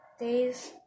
days